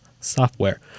software